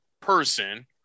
person